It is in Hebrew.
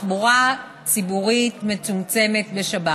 תחבורה ציבורית מצומצמת בשבת?